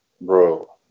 Bro